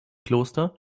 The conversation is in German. kloster